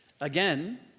again